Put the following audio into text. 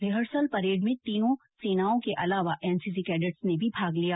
rehearsal parade में तीनों सेनाओं के अलावा एनसीसी कैडेट्स ने भी भाग लिया